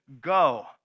go